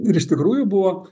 ir iš tikrųjų buvo